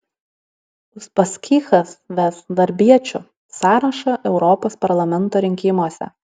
uspaskichas ves darbiečių sąrašą europos parlamento rinkimuose